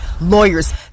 Lawyers